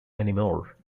anymore